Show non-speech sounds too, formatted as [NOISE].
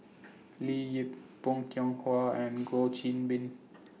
[NOISE] Leo Yip Bong Hiong Hwa and [NOISE] Goh Qiu Bin [NOISE]